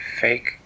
fake